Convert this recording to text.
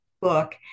book